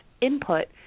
input